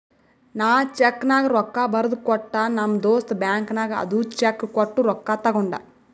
ನಾ ಚೆಕ್ನಾಗ್ ರೊಕ್ಕಾ ಬರ್ದು ಕೊಟ್ಟ ನಮ್ ದೋಸ್ತ ಬ್ಯಾಂಕ್ ನಾಗ್ ಅದು ಚೆಕ್ ಕೊಟ್ಟು ರೊಕ್ಕಾ ತಗೊಂಡ್